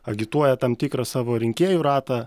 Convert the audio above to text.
agituoja tam tikrą savo rinkėjų ratą